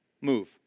move